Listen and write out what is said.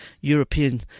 European